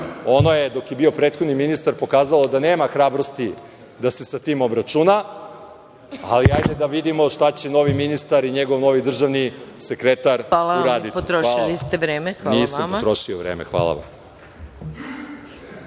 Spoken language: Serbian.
Ono je dok je bio prethodni ministar pokazalo da nema hrabrosti da se sa tim obračuna, ali hajde da vidimo šta će novi ministar i njegov novi državni sekretar uraditi. **Maja Gojković** Hvala vam. Potrošili ste vreme. **Marko Đurišić** Nisam potrošio vreme. Hvala vam.